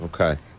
Okay